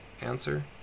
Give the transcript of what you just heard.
Answer